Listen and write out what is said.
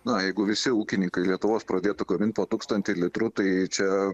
na jeigu visi ūkininkai lietuvos pradėtų gamint po tūkstantį litrų tai čia